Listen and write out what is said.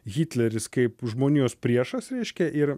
hitleris kaip žmonijos priešas reiškia ir